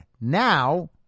now